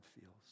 feels